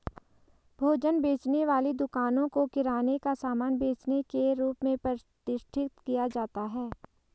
भोजन बेचने वाली दुकानों को किराने का सामान बेचने के रूप में प्रतिष्ठित किया जाता है